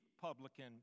publican